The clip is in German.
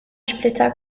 splitter